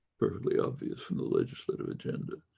perfectly obvious from the legislative agenda.